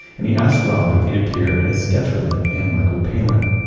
and he asked rob if he'd appear in a sketch with him and michael palin.